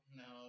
no